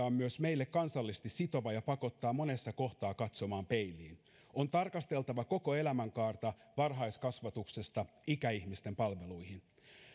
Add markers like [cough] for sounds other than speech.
[unintelligible] on myös meille kansallisesti sitova ja pakottaa monessa kohtaa katsomaan peiliin on tarkasteltava koko elämänkaarta varhaiskasvatuksesta ikäihmisten palveluihin